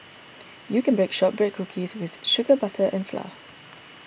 you can bake Shortbread Cookies with sugar butter and flour